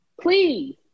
please